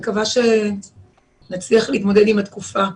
אני מקווה שנצליח להתמודד עם התקופה,